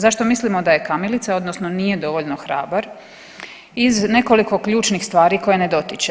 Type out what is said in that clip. Zašto mislimo da je kamilica, odnosno nije dovoljno hrabar iz nekoliko ključnih stvari koje ne dotiče.